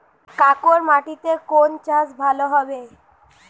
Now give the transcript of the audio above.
কাঁকর মাটিতে কোন চাষ ভালো হবে?